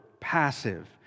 passive